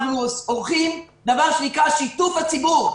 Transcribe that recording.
אנחנו עושים דבר שנקרא "שיתוף הציבור",